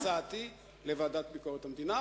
הצעתי: לוועדה לביקורת המדינה,